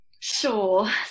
Sure